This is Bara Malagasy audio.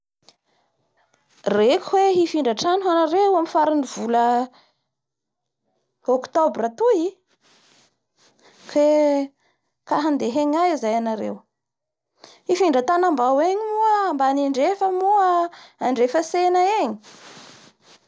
Reko hoe hifindra trano hanareo amin'ny faran'ny vola octobra toy fe ka handeha hengaia zay hanareo, hifindra Atanambao engy moa, Ambaniandrefa moa, Andrefatsena engy.